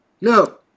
No